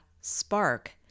spark